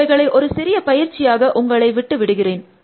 இவைகளை ஒரு சிறிய பயிற்சியாக உங்களைவிட்டு விடுகிறேன்